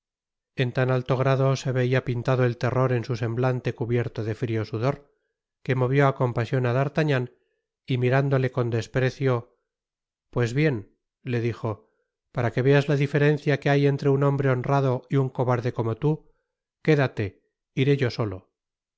en tan alto grado se veia pintado el terror en su semblante cubierto de frio sudor que movió á compasion á d'artagnan y mirándole con desprecio pues bien le dijo para que veas la diferencia que hay entre un hombre honrado y un cobarde como tú quédate iré yo solo y